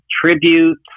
tribute